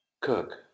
cook